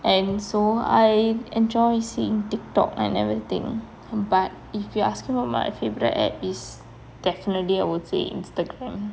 and so I enjoy seeing Tiktok and everything but if you're asking about my favourite app is definitely I would say instagram